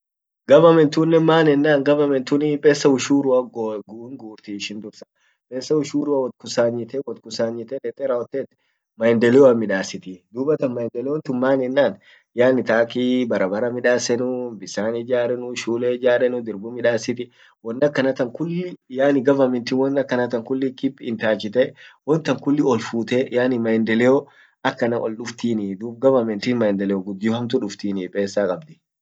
ralle guddio fulledi ana anasamei annini anaf sin wotpangenne dene wonni denne yaani movie wolin dawwonno yaane bare wodawoten barre picha dawoten ammotu arratan anin wakati tan dikko gar simuan ant daniii, deki hujji fulani midas anan yedenii gar hujia sun dubatan aratan anasameta hiijemu dande wokti sunin hindakabu annin wakati dibi wollin yana arratan shukul wonnia deka dub ralle fudedi anasemei ak hamtu anin dargini.